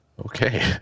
Okay